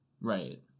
Right